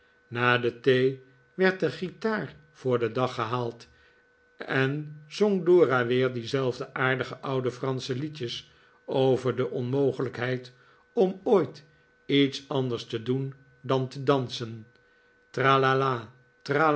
na de thee werd de guitaar voor den dag gehaald en zong dora weer diezelfde aardige oude fransche liedjes over de onmogelijkheid om ooit iets anders te doen dan te dansen tra